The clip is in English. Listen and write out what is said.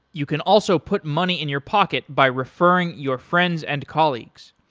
you can also put money in your pocket by referring your friends and colleagues.